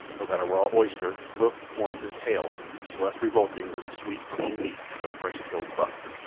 or that a raw oyster, hoof, horns, and tail, is less revolting than the sweet, clean meat of a fresh-killed buck?